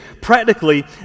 Practically